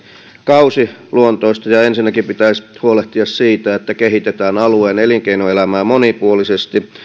kausiluontoista ensinnäkin pitäisi huolehtia siitä että kehitetään alueen elinkeinoelämää monipuolisesti